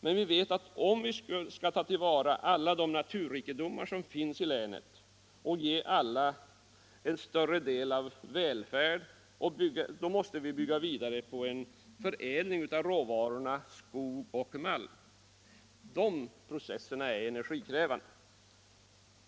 Men vi vet att om vi skall ta till vara alla de naturrikedomar som finns i länet och ge allt fler del av en ökad välfärd, så måste vi bygga vidare på förädling av råvarorna skog och malm. De processerna är energikrävande.